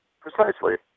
Precisely